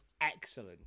excellent